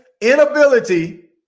inability